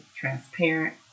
transparent